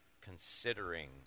considering